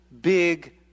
big